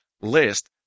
list